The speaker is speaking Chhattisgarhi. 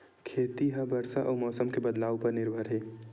खेती हा बरसा अउ मौसम के बदलाव उपर निर्भर हे